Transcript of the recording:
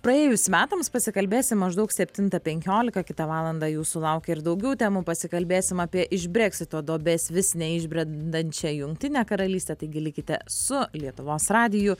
praėjus metams pasikalbėsim maždaug septintą penkiolika kitą valandą jūsų laukia ir daugiau temų pasikalbėsim apie iš breksito duobės vis neišbrendančią jungtinę karalystę taigi likite su lietuvos radiju